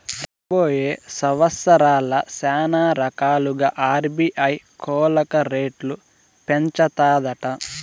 రాబోయే సంవత్సరాల్ల శానారకాలుగా ఆర్బీఐ కోలక రేట్లు పెంచతాదట